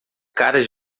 caras